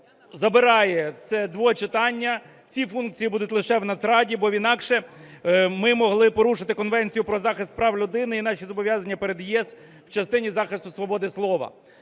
забирає, це двочитання, ці функції будуть лише в Нацраді, бо інакше ми могли порушити Конвенцію про захист прав людини і наші зобов'язання перед ЄС в частині захисту свободи слова.